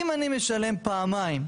אם אני משלם פעמיים,